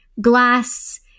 glass